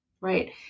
Right